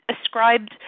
ascribed